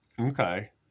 Okay